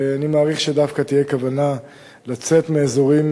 אני מעריך שדווקא תהיה כוונה לצאת מאזורים